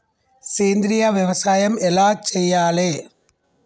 సేంద్రీయ వ్యవసాయం ఎలా చెయ్యాలే?